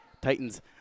Titans